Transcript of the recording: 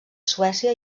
suècia